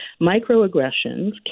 microaggressions